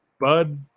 Bud